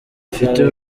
afite